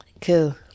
Cool